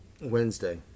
Wednesday